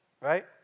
right